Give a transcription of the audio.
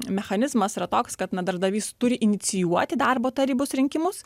mechanizmas yra toks kad na darbdavys turi inicijuoti darbo tarybos rinkimus